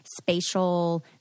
spatial